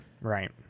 Right